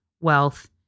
wealth